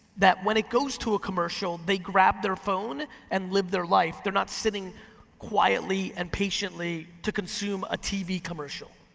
that when it goes to a commercial, they grab their phone and live their life, they're not sitting quietly and patiently to consume a tv commercial.